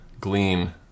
glean